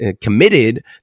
committed